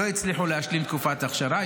לא הצליחו להשלים תקופת אכשרה,